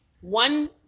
one